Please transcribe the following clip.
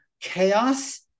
chaos